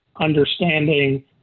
understanding